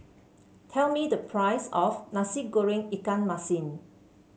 tell me the price of Nasi Goreng Ikan Masin